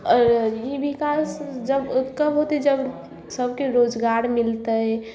आओर ई विकास जब कब एतै जब सबके रोजगार मिलतै